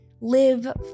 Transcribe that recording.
Live